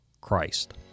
Christ